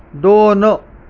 दोन